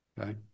okay